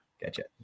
Gotcha